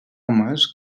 homes